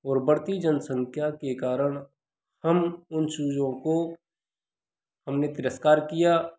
और बढ़ती जनसंख्या के कारण हम उन चीज़ों को हमने तिरस्कार किया